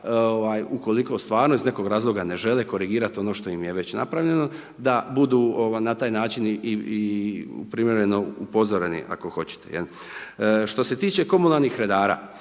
ukoliko stvarno iz nekog razloga ne žele korigirati ono što im je već napravljeno, da budu na taj način i primjereno upozoreni ako hoćete. Što se tiče komunalnih redara,